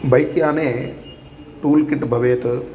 बैक्याने tool kit भवेत्